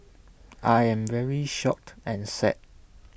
I am very shocked and sad